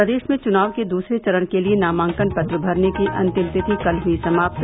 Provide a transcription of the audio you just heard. प्रदेश में चुनाव के दूसरे चरण के लिये नामांकन पत्र भरने की अंतिम तिथि कल हुई समाप्त